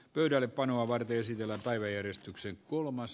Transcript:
pöydällepanoa varten siellä päiväjärjestyksen kolmas